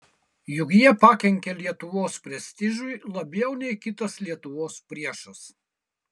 juk jie pakenkė lietuvos prestižui labiau nei kitas lietuvos priešas